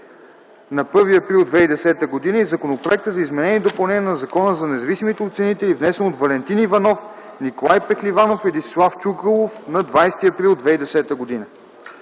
на 1 април 2010 г., и Законопроекта за изменение и допълнение на Закона за независимите оценители, внесен от Валентин Иванов, Николай Пехливанов и Десислав Чуколов на 20 април 2010 г.